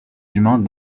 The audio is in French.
humains